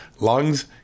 lungs